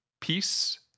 Peace